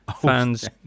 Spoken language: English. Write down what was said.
fans